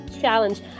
challenge